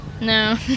no